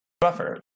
Buffer